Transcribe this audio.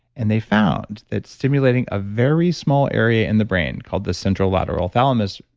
and they found that stimulating a very small area in the brain, called the central lateral thalamus,